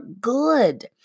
good